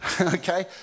Okay